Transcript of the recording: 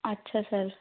ਅੱਛਾ ਸਰ